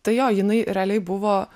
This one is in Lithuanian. tai jo jinai realiai buvo